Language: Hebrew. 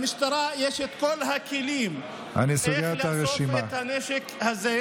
למשטרה יש את כל הכלים איך לאסוף את הנשק הזה,